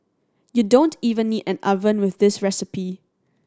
you don't even need an oven with this recipe